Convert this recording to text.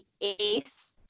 ace